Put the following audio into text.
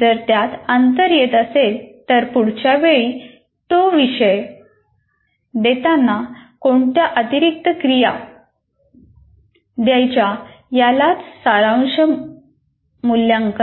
जर त्यात अंतर असेल तर पुढच्या वेळी तो विषय देताना कोणत्या अतिरिक्त क्रिया द्यायच्या यालाच सारांश मूल्यांकन म्हणतात